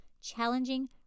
challenging